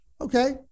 Okay